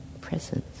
presence